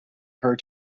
per